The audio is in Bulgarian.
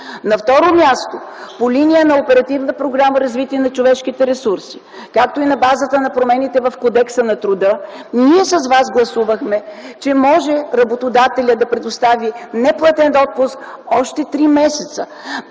на човешките ресурси”, както и на базата на промените в Кодекса на труда ние с вас гласувахме, че може работодателят да предостави неплатен отпуск още три месеца.